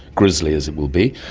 grizzly as it will be.